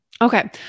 Okay